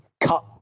cut